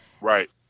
Right